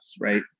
right